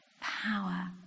power